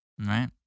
Right